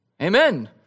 Amen